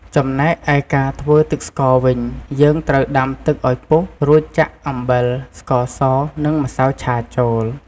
ចំណែកឯការធ្វើទឺកស្ករវិញ យើងត្រូវដាំទឺកឱ្យពុះ រួចចាក់អំបិល ស្ករស និងម្សៅឆាចូល។